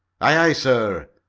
aye, aye, sir!